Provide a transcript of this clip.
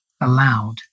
allowed